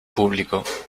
público